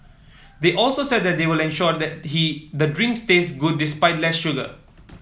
they also said that they will ensure that he the drinks tastes good despite less sugar